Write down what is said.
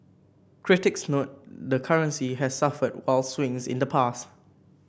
critics note the currency has suffered wild swings in the past